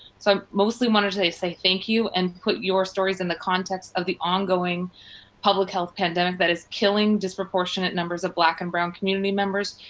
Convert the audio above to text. so mostly wanted to say say thank you and put your stories in the context of the ongoing public health pandemic that is killing disproportionate numbers of black and brown community members.